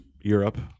Europe